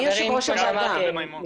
החברים כמו שאמרתי,